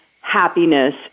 happiness